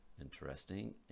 interesting